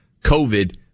covid